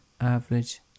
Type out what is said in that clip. average